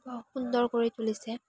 সুন্দৰ কৰি তুলিছে